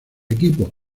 equipo